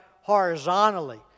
horizontally